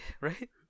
Right